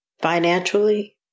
financially